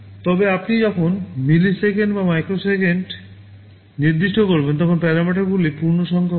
তবে আপনি যখন মিলিসেকেন্ড বা মাইক্রোসেকেন্ডে নির্দিষ্ট করবেন তখন প্যারামিটারগুলি পূর্ণসংখ্যা হবে